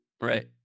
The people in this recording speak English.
right